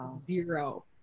zero